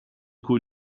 cui